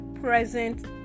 present